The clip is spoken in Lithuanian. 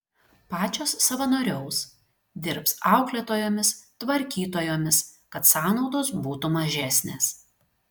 pačios savanoriaus dirbs auklėtojomis tvarkytojomis kad sąnaudos būtų mažesnės